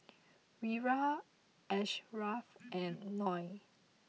Wira Ashraf and Noah